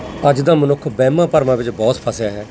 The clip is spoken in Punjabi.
ਅੱਜ ਦਾ ਮਨੁੱਖ ਵਹਿਮਾਂ ਭਰਮਾਂ ਵਿੱਚ ਬਹੁਤ ਫਸਿਆ ਹੈ